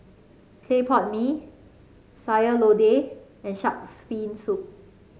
Clay Pot Mee Sayur Lodeh and shark's fin soup